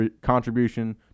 contribution